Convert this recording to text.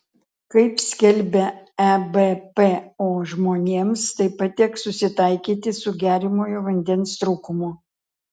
kaip skelbia ebpo žmonėms taip pat teks susitaikyti su geriamojo vandens trūkumu